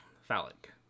Phallic